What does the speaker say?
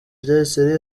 ryahise